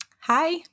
Hi